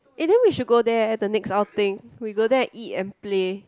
eh then we should go there eh the next outing we go there eat and play